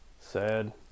Sad